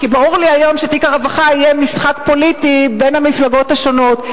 כי ברור לי היום שתיק הרווחה יהיה משחק פוליטי בין המפלגות השונות,